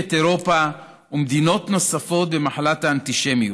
את אירופה ומדינות נוספות במחלת האנטישמיות,